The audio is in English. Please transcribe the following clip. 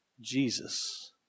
Jesus